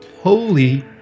Holy